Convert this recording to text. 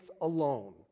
alone